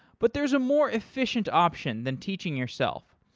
but there is a more efficient option than teaching yourself.